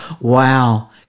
wow